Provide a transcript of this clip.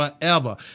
forever